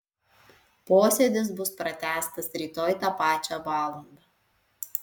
posėdis bus pratęstas rytoj tą pačią valandą